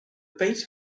bass